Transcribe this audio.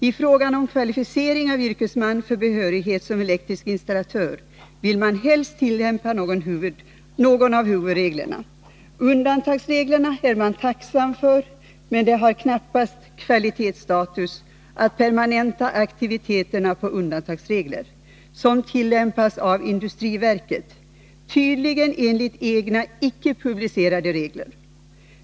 I fråga om kvalificering för yrkesman i och för behörighet som elektrisk installatör vill man helst tillämpa någon av huvudreglerna. Undantagsreglerna är man tacksam för, men det har knappast kvalitetsstatus att permanenta aktiviteterna på undantagsregler, som tillämpas av industriverket, tydligen enligt egna icke publicerade regler.